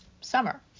summer